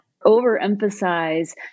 overemphasize